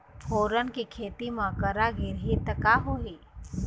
फोरन के खेती म करा गिरही त का होही?